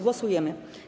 Głosujemy.